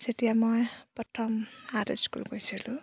যেতিয়া মই প্ৰথম আৰ্ট স্কুল গৈছিলোঁ